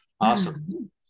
Awesome